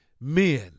men